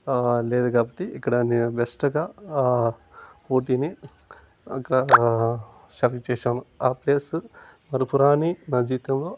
లేదు కాబట్టి ఇక్కడ నేను బెస్ట్గా ఊటీని ఇకా సెలక్ట్ చేశాను ఆ ప్లేసు మరుపురాని నా జీవితంలో